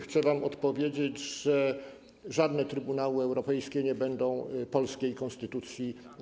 Chcę wam odpowiedzieć, że żadne trybunały europejskie nie będą pisały polskiej konstytucji.